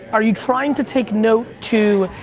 are you trying to take note to,